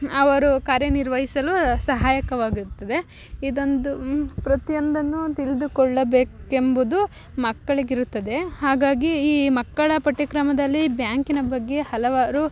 ಅವರು ಕಾರ್ಯ ನಿರ್ವಹಿಸಲು ಸಹಾಯಕವಾಗುತ್ತದೆ ಇದೊಂದು ಪ್ರತಿ ಒಂದನ್ನೂ ತಿಳಿದುಕೊಳ್ಳಬೇಕ್ ಎಂಬುದು ಮಕ್ಕಳಿಗಿರುತ್ತದೆ ಹಾಗಾಗಿ ಈ ಮಕ್ಕಳ ಪಠ್ಯ ಕ್ರಮದಲ್ಲಿ ಬ್ಯಾಂಕಿನ ಬಗ್ಗೆ ಹಲವಾರು